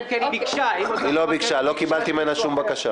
זה בקואליציה בסופו של דבר הוא טוען שזה מגביר את המשילות.